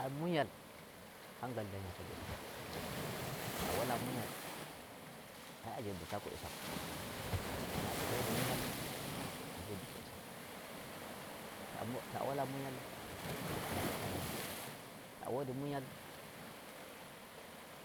Ai munyal hangal ndayata ngedal, taa wala munyal ai a joddatako e sappo. Amma to a wadi munyal a joddoto e sappo. To bo ta wala munyal a heɓata no ngiɗɗa ta wodi munyal